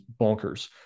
bonkers